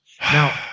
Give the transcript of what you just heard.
Now